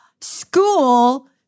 school